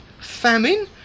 famine